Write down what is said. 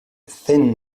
thin